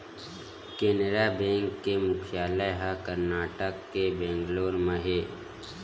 Canara bank के मुख्यालय ह करनाटक के बेंगलोर म हे